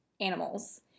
animals